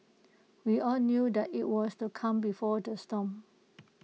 we all knew that IT was the calm before the storm